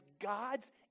God's